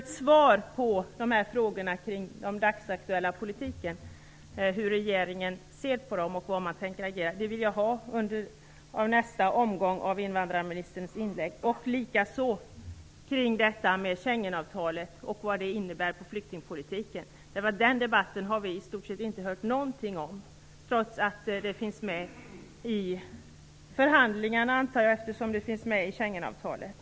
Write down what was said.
Ett svar på dessa frågor i den dagsaktuella politiken - hur regeringen ser på dem och om man tänker agera - vill jag ha i invandrarministerns nästa inlägg. Likaså vill jag ha svar på frågan vad Schengenavtalet innebär för flyktingpolitiken. Den debatten har vi i stort sett inte hört någonting om, trots att jag antar att den finns med i förhandlingarna, eftersom frågan finns med i Schengenavtalet.